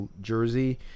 jersey